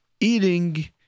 eating